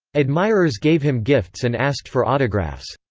admirers gave him gifts and asked for autographs.